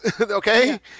okay